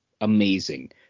amazing